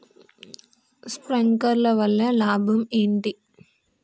Sprinkler వల్ల లాభం ఏంటి?